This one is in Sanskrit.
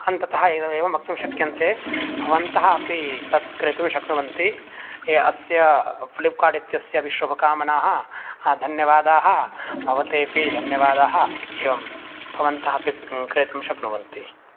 अन्ततः एवमेव वक्तुं शक्यन्ते भवन्तः अपि तत् क्रेतुं शक्नुवन्ति अस्य फ़्लिप्कार्ड् इत्यस्य अपि शुभकामनाः धन्यवादाः भवते अपि धन्यवादाः एवं भवन्तः अपि क्रेतुं शक्नुवन्ति